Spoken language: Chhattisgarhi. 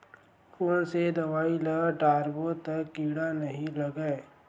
कोन से दवाई ल डारबो त कीड़ा नहीं लगय?